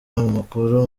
amakuru